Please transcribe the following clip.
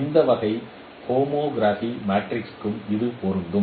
எந்த வகையான ஹோமோகிராபி மேட்ரிக்ஸிற்கும் இது பொருந்தும்